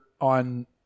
on